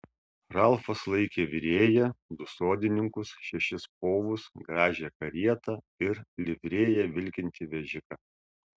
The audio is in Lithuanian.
ralfas laikė virėją du sodininkus šešis povus gražią karietą ir livrėja vilkintį vežiką